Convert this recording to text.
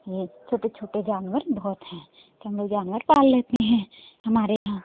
ये छोटे छोटे जानवर बहुत हैं तो हम लोग जानवर पाल लेते हैं हमारे यहाँ